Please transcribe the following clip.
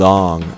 Long